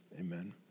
Amen